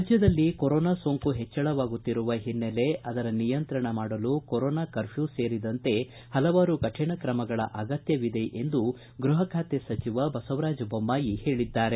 ರಾಜ್ಯದಲ್ಲಿ ಕೊರೋನಾ ಸೋಂಕು ಹೆಚ್ಚಳವಾಗುತ್ತಿರುವ ಹಿನ್ನೆಲೆಯಲ್ಲಿ ಅದರ ನಿಯಂತ್ರಣ ಮಾಡಲು ಕೊರೋನಾ ಕರ್ಫ್ಲೂ ಸೇರಿದಂತೆ ಹಲವಾರು ಕಠಿಣ ಕ್ರಮಗಳ ಅಗತ್ಯವಿದೆ ಎಂದು ಗ್ಬಹ ಖಾತೆ ಸಚಿವ ಬಸವರಾಜ ಬೊಮ್ಲಾಯಿ ಹೇಳಿದ್ದಾರೆ